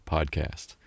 Podcast